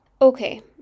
Okay